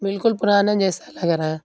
بالکل پرانا جیسا لگ رہا ہے